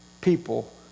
people